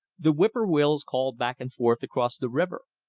the whip-poor-wills called back and forth across the river.